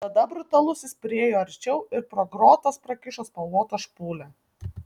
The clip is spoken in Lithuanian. tada brutalusis priėjo arčiau ir pro grotas prakišo spalvotą špūlę